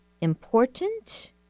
important